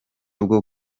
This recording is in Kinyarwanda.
bwo